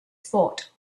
spot